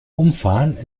umfahren